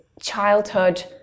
childhood